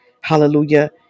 Hallelujah